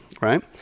right